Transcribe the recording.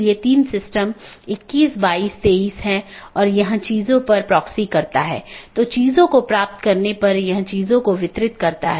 एक अन्य संदेश सूचना है यह संदेश भेजा जाता है जब कोई त्रुटि होती है जिससे त्रुटि का पता लगाया जाता है